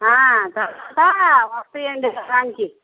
తరువాత వస్తాయండి వారానికి